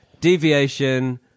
deviation